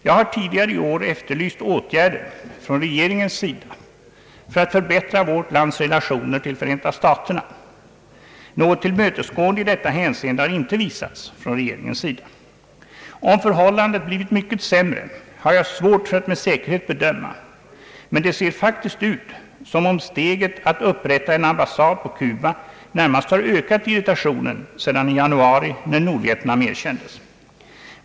Jag har tidigare i år efterlyst åtgärder från regeringens sida för att förbättra vårt lands relationer till Förenta staterna. Något tillmötesgående i detta hänseende har inte visats från regeringens sida. Om förhållandet blivit mycket sämre, har jag svårt att med säkerhet bedöma, men det ser faktiskt ut, som om steget att upprätta en ambassad på Cuba närmast har ökat irritationen efter januari månad, när Nordvietnam erkändes.